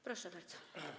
Proszę bardzo.